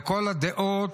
לכל הדעות,